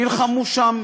נלחמו שם